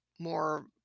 more